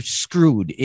screwed